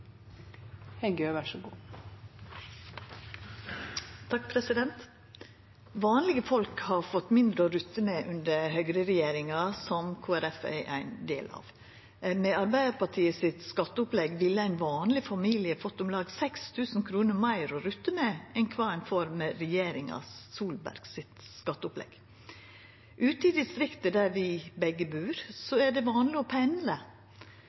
ein del av. Med Arbeidarpartiet sitt skatteopplegg ville ein vanleg familie ha fått om lag 6 000 kr meir å rutta med enn ein får med Solberg-regjeringa sitt skatteopplegg. Ute i distriktet, der vi begge bur, er det vanleg å